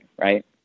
right